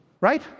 right